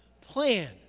plan